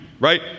right